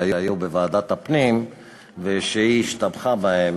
שהיו בוועדת הפנים ושהיא השתבחה בהם,